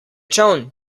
čoln